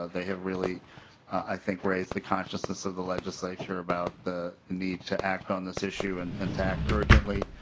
they have really i think raise the consciousness of the legislature about the need to act on this issue and and to act urgently.